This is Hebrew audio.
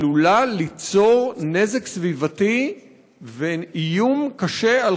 עלולה ליצור נזק סביבתי ואיום קשה על